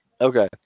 Okay